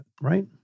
right